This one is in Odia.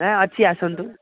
ହଁ ଅଛି ଆସନ୍ତୁ